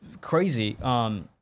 crazy